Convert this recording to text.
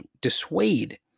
dissuade